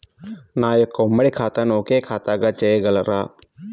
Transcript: నా యొక్క ఉమ్మడి ఖాతాను ఒకే ఖాతాగా చేయగలరా?